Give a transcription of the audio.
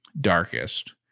darkest